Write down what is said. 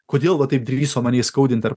kodėl va taip drįso mane įskaudint ar